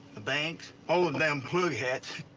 the banks, all of them plug hats.